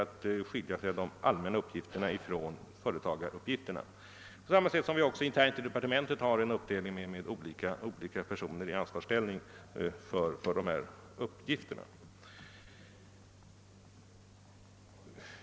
Också internt inom industridepartementet har det skett en uppdelning av funktionerna.